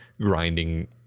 grinding